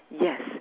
Yes